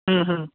હમ્મ હમ્મ